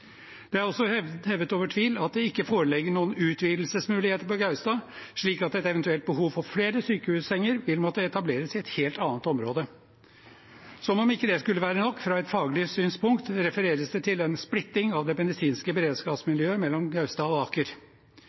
Det er også hevet over tvil at det ikke foreligger noen utvidelsesmuligheter på Gaustad, slik at ved et eventuelt behov for flere sykehussenger, vil disse måtte etableres i et helt annet område. Som om ikke det skulle være nok fra et faglig synspunkt, refereres det til en splitting av det medisinske beredskapsmiljøet mellom Gaustad og Aker.